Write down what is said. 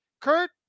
Kurt